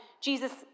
Jesus